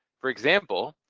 for example,